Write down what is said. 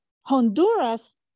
Honduras